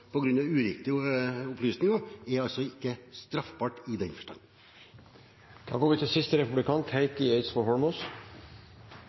uriktige opplysninger er altså ikke en straff i den